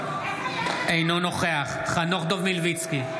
אינו נוכח חנוך דב מלביצקי,